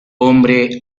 hombre